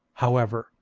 however,